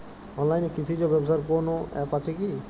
অনলাইনে কৃষিজ ব্যবসার কোন আ্যপ আছে কি?